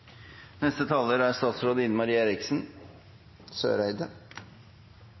Neste taler er